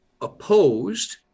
opposed